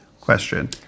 question